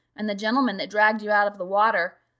and the gentleman that dragged you out of the water.